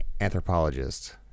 anthropologists